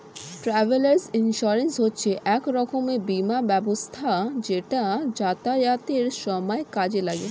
travel insurance হচ্ছে এক রকমের বীমা ব্যবস্থা যেটা যাতায়াতের সময় কাজে লাগে